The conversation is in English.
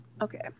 okay